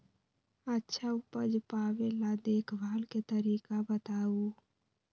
अच्छा उपज पावेला देखभाल के तरीका बताऊ?